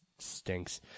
Stinks